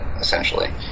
essentially